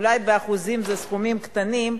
אולי באחוזים זה סכומים קטנים,